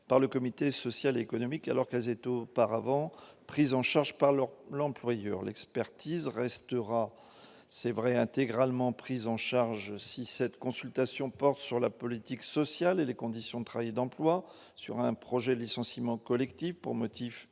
par le comité, social, économique, alors qu'elles aient auparavant pris en charge par le l'employeur l'expertise restera c'est vrai intégralement pris en charge si cette consultation porte sur la politique sociale et les conditions de travail et d'emploi, sur un projet de licenciement collectif pour motif